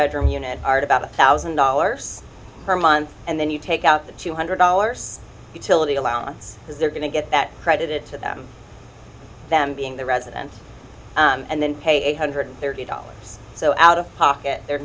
bedroom unit art about a thousand dollars per month and then you take out the two hundred dollars utility allowance because they're going to get that credit to them them being the residence and then pay eight hundred thirty dollars so out of pocket their